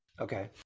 Okay